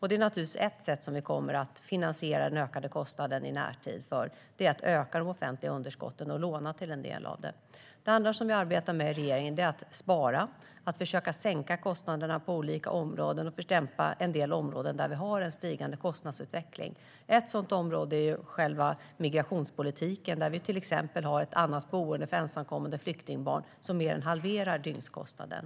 Det är naturligtvis ett sätt som vi kommer att använda för att finansiera den ökade kostnaden i närtid: att öka de offentliga underskotten och låna till en del av det. Det andra som vi arbetar med i regeringen är att spara - att försöka sänka kostnaderna eller dämpa en stigande kostnadsutveckling på olika områden. Ett sådant område är själva migrationspolitiken, där vi till exempel med en annan typ av boende för ensamkommande flyktingbarn mer än halverar dygnskostnaden.